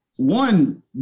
one